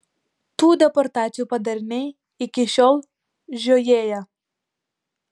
tų deportacijų padariniai iki šiol žiojėja